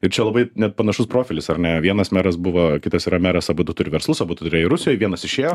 ir čia labai net panašus profilis ar ne vienas meras buvo kitas yra meras abudu turi verslus abudu turėjo rusijoj vienas išėjo